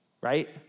right